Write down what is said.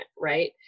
Right